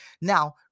Now